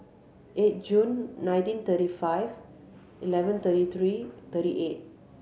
eight June nineteen thirty five eleven thirty three thirty eight